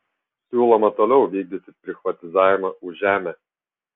siūloma toliau vykdyti prichvatizavimą už žemę